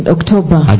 October